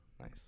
nice